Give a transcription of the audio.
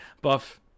Buff